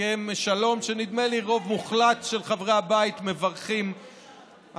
הסכם שלום שנדמה לי שרוב מוחלט של חברי הבית מברכים עליו,